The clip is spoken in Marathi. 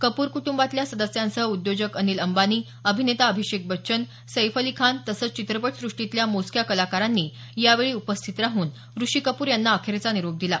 कपूर कुटुंबातल्या सदस्यांसह उद्योजक अनिल अंबानी अभिनेता अभिषेक बच्चन सैफ अली खान तसंच चित्रपटसृष्टीतल्या मोजक्या कलाकारांनी यावेळी उपस्थित राहून ऋषी कपूर यांना अखेरचा निरोप दिला